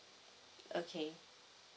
okay